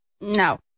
no